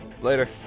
Later